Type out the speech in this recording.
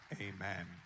Amen